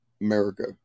America